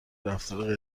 رفتار